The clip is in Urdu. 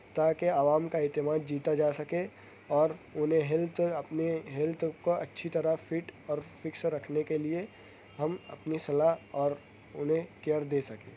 تاکہ عوام کا اعتماد جیتا جا سکے اور انہیں ہیلتھ اپنے ہیلتھ کو اچھی طرح فٹ اور فکس رکھنے کے لئے ہم اپنی صلاح اور انہیں کیئر دے سکیں